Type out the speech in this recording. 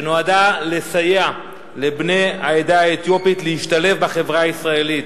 שנועדה לסייע לבני העדה האתיופית להשתלב בחברה הישראלית.